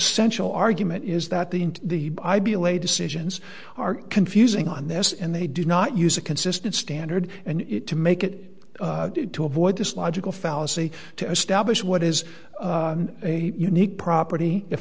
essential argument is that the and the idea lay decisions are confusing on this and they do not use a consistent standard and it to make it to avoid this logical fallacy to establish what is a unique property if